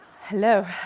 Hello